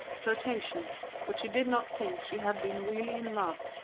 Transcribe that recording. flirtations, but she did not think she had been really in love,